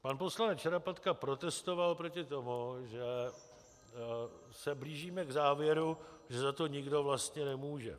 Pan poslanec Šarapatka protestoval proti tomu, že se blížíme k závěru, že za to nikdo vlastně nemůže.